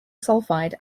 sulfide